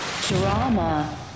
Drama